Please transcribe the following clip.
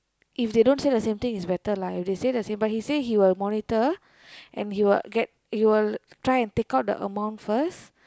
if they don't say same thing it's better lah if they say the same but he say he will monitor and he will get he will try and take out the amount first